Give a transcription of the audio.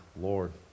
Lord